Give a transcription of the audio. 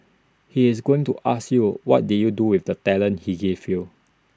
he is going to ask you what did you do with the talents he gave you